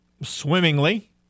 swimmingly